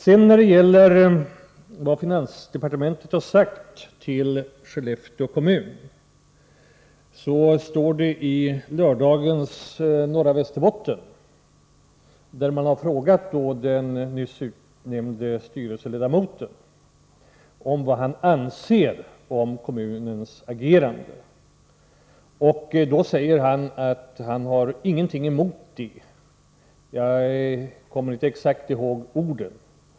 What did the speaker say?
Så till frågan om vad finansministern har sagt till Skellefteå kommun. I lördagsnumret av tidningen Norra Västerbotten finns infört vad man har frågat den nye styrelseledamoten vad gäller hans uppfattning om kommunens agerande. Han svarar att han inte har någonting emot det. Jag kommer inte exakt ihåg ordalydelsen.